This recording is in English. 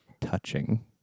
touching